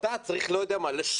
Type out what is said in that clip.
הוות"ת צריך לשנורר,